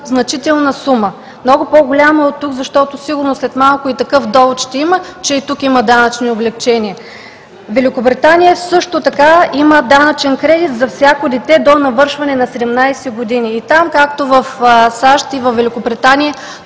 Великобритания също така има данъчен кредит за всяко дете до навършване на 17 години. И там, както в Съединените американски